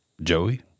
Joey